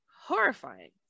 horrifying